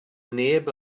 neb